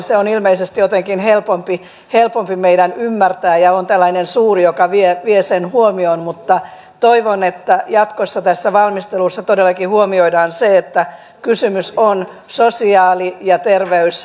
se on ilmeisesti jotenkin helpompi meidän ymmärtää ja se on tällainen suuri joka vie sen huomion mutta toivon että jatkossa tässä valmistelussa todellakin huomioidaan se että kysymys on sosiaali ja terveysratkaisusta